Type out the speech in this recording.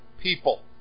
people